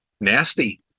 nasty